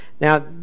Now